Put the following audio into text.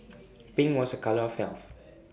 pink was A colour of health